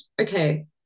okay